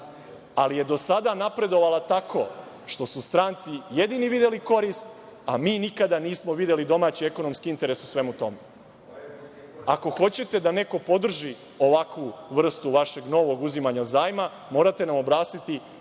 ali do sada je napredovala tako što su stranci jedini videli korist, a mi nikada nismo videli domaći ekonomski interes u svemu tome. Ako hoćete da neko podrži ovakvu vrstu vašeg novog uzimanja zajma, morate nam objasniti